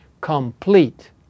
complete